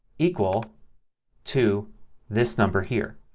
equal to this number here.